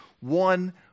one